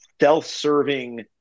self-serving